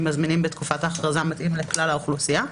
הזמינים בתקופת ההכרזה מתאים לכלל האוכלוסייה,